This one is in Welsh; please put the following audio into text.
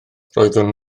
roeddwn